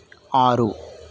ఆరు